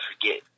forget